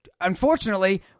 Unfortunately